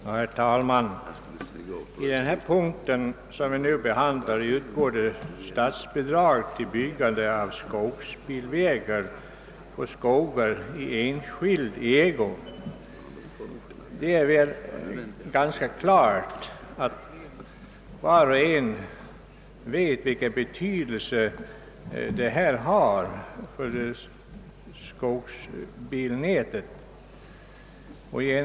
Herr talman! Under den punkt som vi nu behandlar utgår statsbidrag till byggande av skogsbilvägar på skogar i enskild ägo. Alla vet vilken betydelse skogsbilvägnätet har.